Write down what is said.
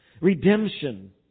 Redemption